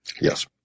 Yes